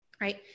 right